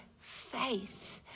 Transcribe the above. faith